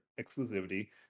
exclusivity